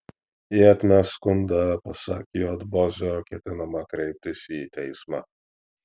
jei atmes skundą pasak j bozio ketinama kreiptis į teismą